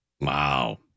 Wow